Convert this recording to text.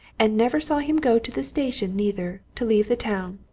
and never saw him go to the station, neither, to leave the town.